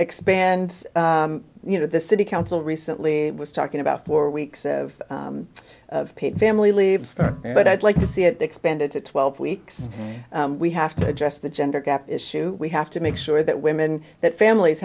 expand you know the city council recently was talking about four weeks of paid family leave but i'd like to see it expanded to twelve weeks we have to address the gender gap issue we have to make sure that women that families